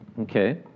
Okay